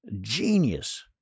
genius